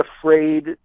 afraid